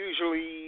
usually